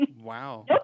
Wow